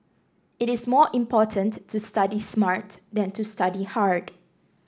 it is more important to study smart than to study hard